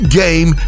game